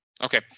Okay